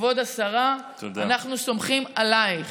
כבוד השרה, אנחנו סומכים עלייך.